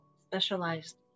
specialized